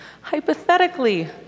hypothetically